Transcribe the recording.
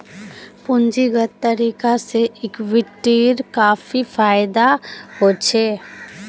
पूंजीगत तरीका से इक्विटीर काफी फायेदा होछे